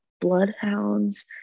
bloodhounds